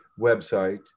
website